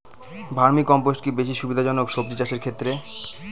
Vermi compost কি বেশী সুবিধা জনক সবজি চাষের ক্ষেত্রে?